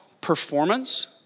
performance